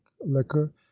liquor